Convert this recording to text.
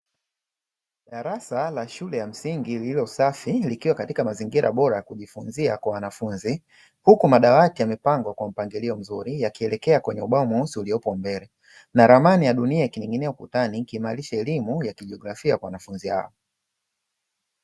Darasa la shule ya msingi lililo safi likiwa katika mazingira bora ya kujifunzia kwa wanafunzi huku madawati yamepangwa kwa mpangilio mzuri yakielekea kwenye ubao mweusi ulioko mbele, na ramani ya dunia ikining’inia ukutani ikiimarisha elimu ya kijiografia kwa wanafunzi hao.